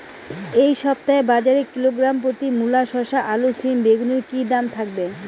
এই সপ্তাহে বাজারে কিলোগ্রাম প্রতি মূলা শসা আলু সিম বেগুনের কী দাম থাকবে?